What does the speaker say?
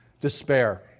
despair